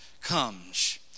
comes